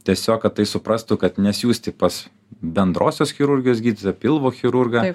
tiesiog kad tai suprastų kad nesiųsti pas bendrosios chirurgijos gydytoją pilvo chirurgą